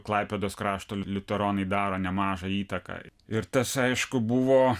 klaipėdos krašto liuteronai daro nemažą įtaką ir tas aišku buvo